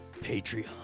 Patreon